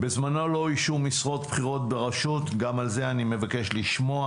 בזמנו לא איישו משרות בכירות ברשות גם על זה אבקש לשמוע.